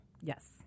Yes